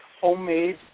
homemade